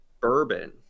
bourbon